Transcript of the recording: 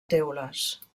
teules